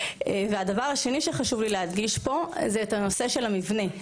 והדבר השני שחשוב לי להדגיש פה זה את הנושא של הבנה,